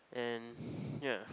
and yeah